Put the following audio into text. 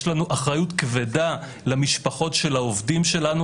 יש לנו אחריות כבדה למשפחות של העובדים שלנו